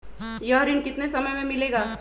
यह ऋण कितने समय मे मिलेगा?